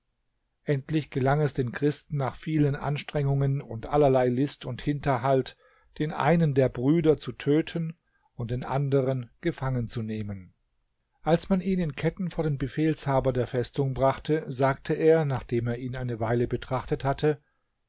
endlich gelang es den christen nach vielen anstrengungen und allerlei list und hinterhalt den einen der brüder zu töten und den anderen gefangen zu nehmen als man ihn in ketten vor den befehlshaber der festung brachte sagte er nachdem er ihn eine weile betrachtet hatte